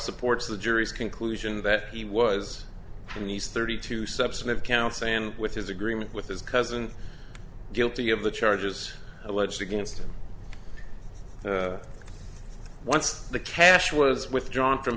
supports the jury's conclusion that he was in these thirty two substantive counts and with his agreement with his cousin guilty of the charges alleged against him once the cash was withdrawn from